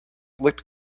looked